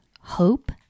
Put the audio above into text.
hope